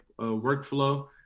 workflow